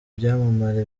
byamamare